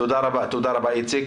תודה רבה, איציק.